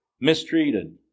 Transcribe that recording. mistreated